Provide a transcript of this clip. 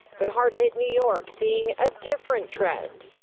but hard hit new york seeing a different trend.